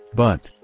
but,